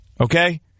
Okay